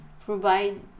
provide